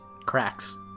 cracks